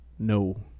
no